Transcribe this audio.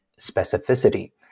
specificity